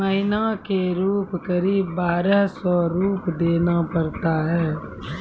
महीना के रूप क़रीब बारह सौ रु देना पड़ता है?